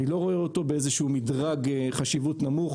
אני לא רואה אותו באיזשהו מדרג חשיבות נמוך.